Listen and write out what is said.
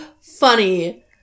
funny